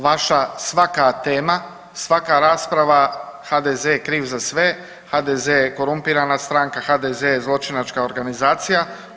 Vaša svaka tema i svaka rasprava HDZ je kriv za sve, HDZ je korumpirana stranka, HDZ je zločinačka organizacija.